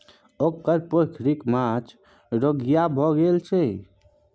ओकर पोखरिक माछ रोगिहा भए गेल छै